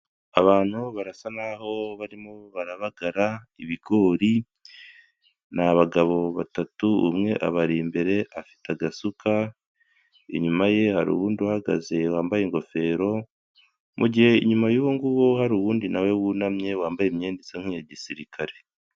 Abantu barasa naho barimo barabagara ibigori ni abagabo batatu umwe abari imbere afite agasuka, inyuma ye hari uwundi uhagaze wambaye ingofero mu gihe inyuma y'uwo nguwo hari uwundi na we wunamye wambaye imyenda isa nk'iyagisirikare.